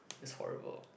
it's horrible